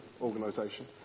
organisation